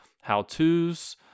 how-to's